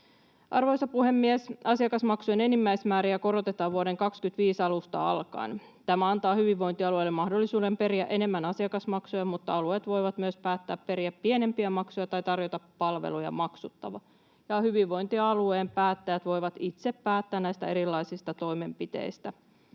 Arvoisa puhemies! Asiakasmaksujen enimmäismääriä korotetaan vuoden 25 alusta alkaen. Tämä antaa hyvinvointialueille mahdollisuuden periä enemmän asiakasmaksuja, mutta alueet voivat myös päättää periä pienempiä maksuja tai tarjota palveluja maksutta. Hyvinvointialueen päättäjät voivat itse päättää näistä erilaisista toimenpiteistä.